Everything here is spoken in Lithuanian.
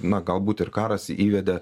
na galbūt ir karas įvedė